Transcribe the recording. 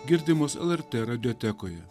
girdimos lrt radiotekoje